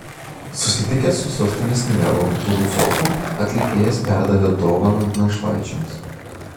susitikęs su sostinės meru artūru zuoku atlikėjas perdavė dovaną našlaičiams